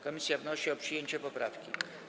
Komisja wnosi o przyjęcie poprawki.